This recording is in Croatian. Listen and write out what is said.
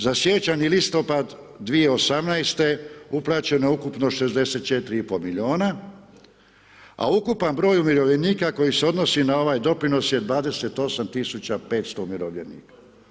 Za siječanj i listopad 2018. uplaćeno je ukupno 64,5 milijuna, a ukupan broj umirovljenika koji se odnosi na ovaj doprinos je 28500 umirovljenika.